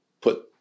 put